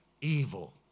evil